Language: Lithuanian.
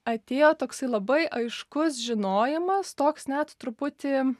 atėjo toksai labai aiškus žinojimas toks net truputį